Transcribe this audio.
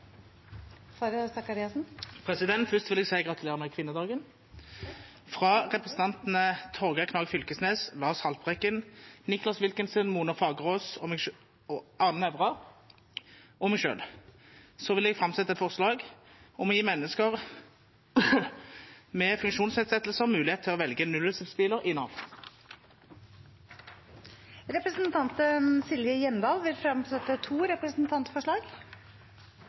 Faret Sakariassen vil fremsette et representantforslag. Fyrst vil eg seia gratulerer med kvinnedagen! Takk! Frå representantane Torgeir Knag Fylkesnes, Lars Haltbrekken, Nicholas Wilkinson, Mona Fagerås, Arne Nævra og meg sjølv vil eg setja fram eit forslag om å gje menneske med funksjonsnedsetjingar moglegheit til å velja nullutsleppsbilar i Nav. Representanten Silje Hjemdal vil fremsette to representantforslag.